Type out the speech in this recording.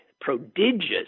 prodigious